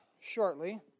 shortly